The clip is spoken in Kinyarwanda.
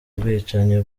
ubwicanyi